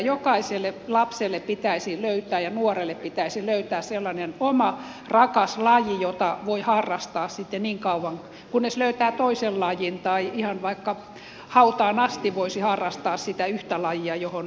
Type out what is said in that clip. jokaiselle lapselle ja nuorelle pitäisi löytää sellainen oma rakas laji jota voi harrastaa niin kauan kunnes löytää toisen lajin tai ihan vaikka hautaan asti voisi harrastaa sitä yhtä lajia johon ihastuu